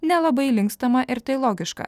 nelabai linkstama ir tai logiška